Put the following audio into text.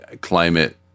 climate